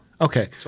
Okay